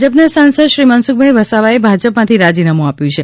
ભાજપના સાંસદ શ્રી મનસુખભાઇ વસાવાએ ભાજપમાંથી રાજીનામુ આપ્યું છે